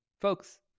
Folks